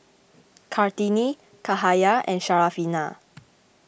Kartini Cahaya and Syarafina